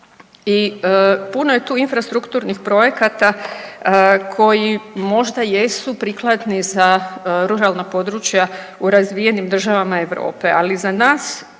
i puno je tu infrastrukturnih projekata koji možda jesu prikladni za ruralna područja u razvijenim državama Europe. Ali za nas